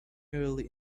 early